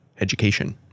education